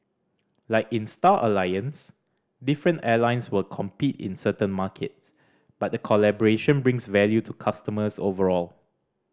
like in Star Alliance different airlines will compete in certain markets but the collaboration brings value to customers overall